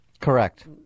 Correct